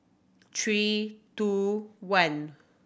three two one